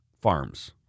farms